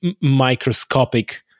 microscopic